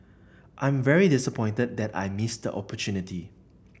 I'm very disappointed that I missed opportunity